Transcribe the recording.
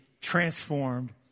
transformed